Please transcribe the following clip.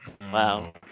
Wow